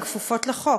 הן כפופות לחוק,